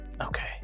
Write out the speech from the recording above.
Okay